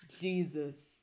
Jesus